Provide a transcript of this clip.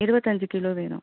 இருபத்தஞ்சு கிலோ வேணும்